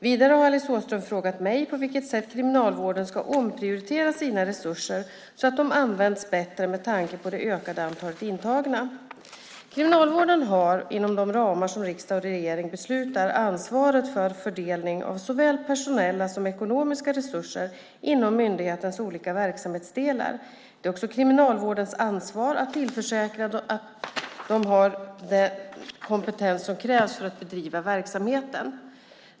Vidare har Alice Åström frågat mig på vilket sätt Kriminalvården ska omprioritera sina resurser så att de används bättre med tanke på det ökande antalet intagna. Kriminalvården har, inom de ramar som riksdag och regering beslutar, ansvaret för fördelning av såväl personella som ekonomiska resurser inom myndighetens olika verksamhetsdelar. Det är också Kriminalvårdens ansvar att försäkra sig om att de har den kompetens som krävs för att bedriva verksamheten.